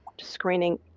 screening